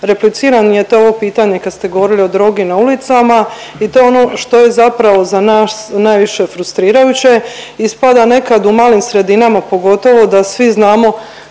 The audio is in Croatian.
repliciram je to ovo pitanje kad ste govorili o drogi na ulicama i to je ono što je zapravo za nas najviše frustrirajuće. Ispada nekad, u malim sredinama pogotovo, da svi znamo